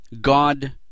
God